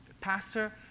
pastor